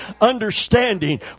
understanding